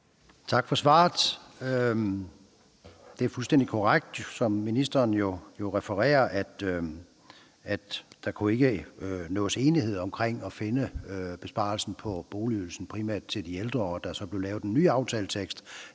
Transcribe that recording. Tak for svaret. Det er fuldstændig korrekt, som ministeren refererer det. Der kunne ikke opnås enighed om at finde besparelsen på boligydelsen primært til de ældre, og der blev lavet en ny aftaletekst,